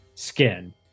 skin